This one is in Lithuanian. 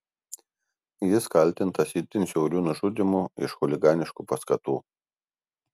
jis kaltintas itin žiauriu nužudymu iš chuliganiškų paskatų